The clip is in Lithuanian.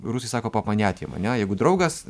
rusai sako poponiatjem ane jeigu draugas